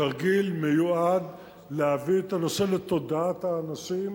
התרגיל מיועד להביא את הנושא לתודעת האנשים,